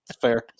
fair